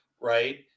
right